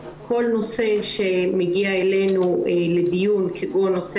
כל נושא שמגיע אלינו לדיון כגון נושא